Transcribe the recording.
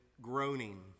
groaning